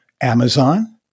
Amazon